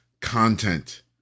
content